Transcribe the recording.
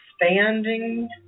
expanding